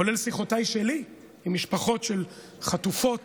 כולל בשיחותיי שלי עם משפחות של חטופות